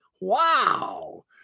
Wow